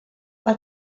pel